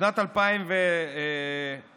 בשנת 2015, אדוני,